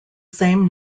same